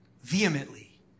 vehemently